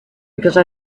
because